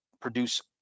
produce